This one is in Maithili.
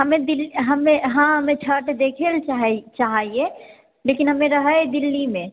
हम हम छठि देखै लेल चाहै हियै लेकिन हम रहै हियै दिल्ली मे